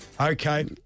Okay